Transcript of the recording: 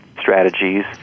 strategies